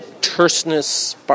Terseness